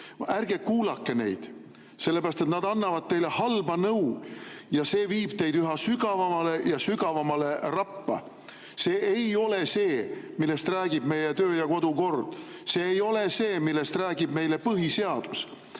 Ärge kuulake neid, sellepärast et nad annavad teile halba nõu ja see viib teid üha sügavamale ja sügavamale rappa! See ei ole see, millest räägib meie töö‑ ja kodukord. See ei ole see, millest räägib meile põhiseadus.